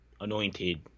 anointed